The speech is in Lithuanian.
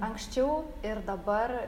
anksčiau ir dabar